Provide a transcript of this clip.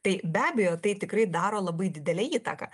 tai be abejo tai tikrai daro labai didelę įtaką